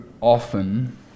often